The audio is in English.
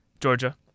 Georgia